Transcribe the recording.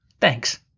Thanks